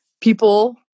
people